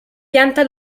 pianta